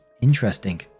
interesting